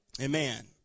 Amen